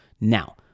Now